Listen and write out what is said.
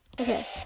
okay